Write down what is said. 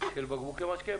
של בקבוקי משקה,